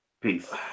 Peace